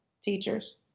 teachers